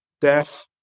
death